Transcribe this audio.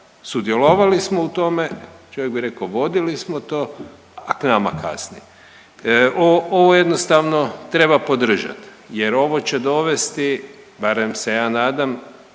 sudjelovali smo u tome, čovjek bi rekao, vodili smo to a k nama kasni. Ovo jednostavno treba podržati, jer ovo će dovesti barem se ja nadam